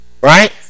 Right